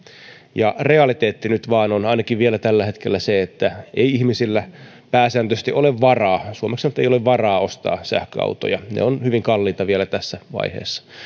ja realiteetti nyt vain on se ainakin vielä tällä hetkellä että ei ihmisillä pääsääntöisesti ole varaa suomeksi sanottuna ei ole varaa ostaa sähköautoja ne ovat hyvin kalliita vielä tässä vaiheessa